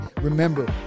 Remember